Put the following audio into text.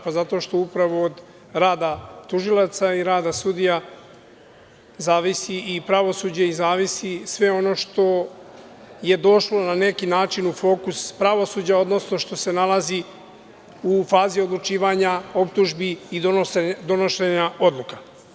Pa zato što upravo od rada tužilaca i rada sudija zavisi i pravosuđe i zavisi sve ono što je došlo na neki način u fokus pravosuđa, odnosno što se nalazi u fazi odlučivanja optužbi i donošenja odluka.